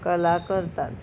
कला करतात